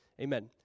Amen